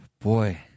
Boy